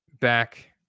back